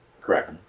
Correct